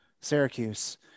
Syracuse